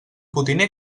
potiner